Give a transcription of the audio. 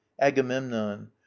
Agamemnon